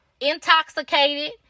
intoxicated